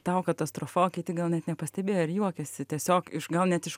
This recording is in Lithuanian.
tau katastrofa o kiti gal net nepastebėjo ir juokiasi tiesiog iš gal net iš